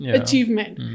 achievement